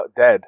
dead